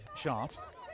Sharp